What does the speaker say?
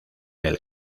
del